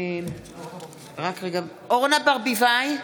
אורנה ברביבאי,